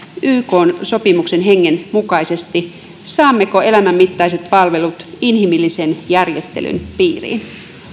ykn sopimuksen hengen mukaisesti saammeko elämänmittaiset palvelut inhimillisen järjestelyn piiriin